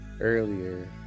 earlier